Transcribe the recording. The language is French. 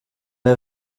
les